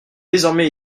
désormais